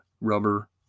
rubber